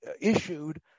issued